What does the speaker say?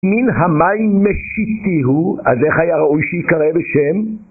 מן המים משיתיהו, אז איך היה ראוי שיקרא בשם?